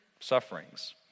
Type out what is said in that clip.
sufferings